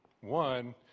One